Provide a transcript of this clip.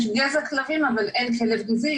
יש גזע כלבים אבל אין כלב גזעי,